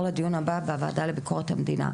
לדיון הבא בוועדה לביקורת המדינה,